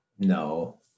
No